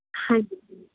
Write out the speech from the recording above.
ਹਾਂਜੀ